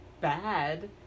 bad